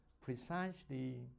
precisely